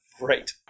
Right